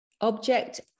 object